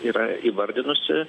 yra įvardinusi